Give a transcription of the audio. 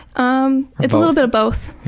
um it's a little bit of both.